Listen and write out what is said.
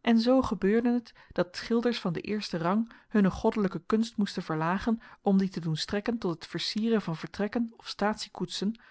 en zoo gebeurde het dat schilders van den eersten rang hunne goddelijke kunst moesten verlagen om die te doen strekken tot het versieren van vertrekken of